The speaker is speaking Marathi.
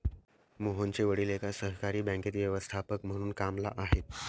मोहनचे वडील एका सहकारी बँकेत व्यवस्थापक म्हणून कामला आहेत